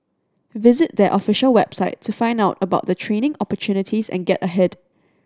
visit their official website to find out about the training opportunities and get ahead